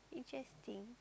interesting